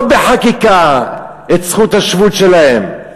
לא בחקיקה, את זכות השבות שלהם.